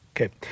Okay